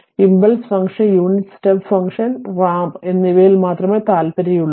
impulse function unit step function ramp എന്നിവയിൽ മാത്രമേ താൽപ്പര്യമുള്ളൂ